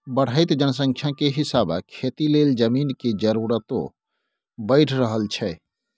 बढ़इत जनसंख्या के हिसाबे खेती लेल जमीन के जरूरतो बइढ़ रहल छइ